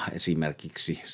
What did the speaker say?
esimerkiksi